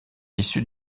issues